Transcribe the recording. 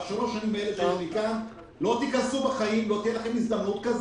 בחיים לא תיכנסו.